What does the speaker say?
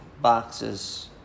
Boxes